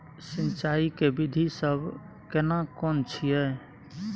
सिंचाई के विधी सब केना कोन छिये?